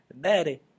Daddy